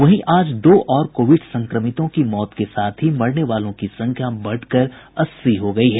वहीं आज दो और कोविड संक्रमितों की मौत के साथ ही मरने वालों की संख्या बढ़कर अस्सी हो गयी है